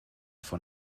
von